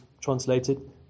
translated